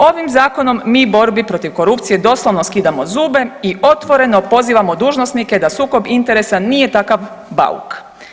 Ovim zakonom mi borbi protiv korupcije doslovno skidamo zube i otvoreno pozivamo dužnosnike da sukob interesa nije takav bauk.